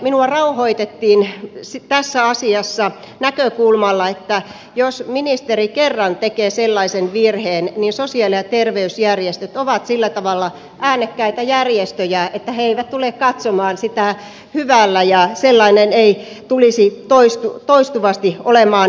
minua rauhoitettiin tässä asiassa näkökulmalla että jos ministeri kerran tekee sellaisen virheen niin sosiaali ja terveysjärjestöt ovat sillä tavalla äänekkäitä järjestöjä että ne eivät tule katsomaan sitä hyvällä ja sellainen ei tulisi toistuvasti olemaan mahdollista